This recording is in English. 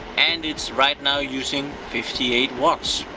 and it's right now using fifty eight watts.